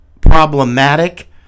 problematic